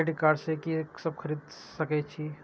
Credit card से की सब खरीद सकें छी?